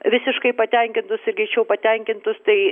visiškai patenkintus ir greičiau patenkintus tai